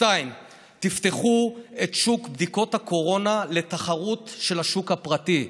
2. תפתחו את שוק בדיקות הקורונה לתחרות של השוק הפרטי.